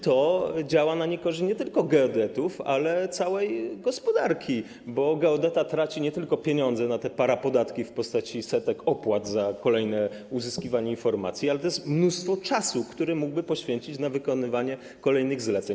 To działa na niekorzyść nie tylko geodetów, ale całej gospodarki, bo geodeta traci nie tylko pieniądze na te parapodatki w postaci setek opłat za uzyskiwanie kolejnych informacji, ale to jest mnóstwo czasu, który mógłby poświęcić na wykonywanie kolejnych zleceń.